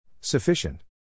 Sufficient